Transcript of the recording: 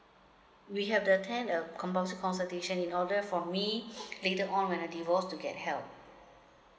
we have to attend the compuls~ consultation in order for me later on when I divorced to get help